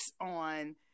on